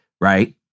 right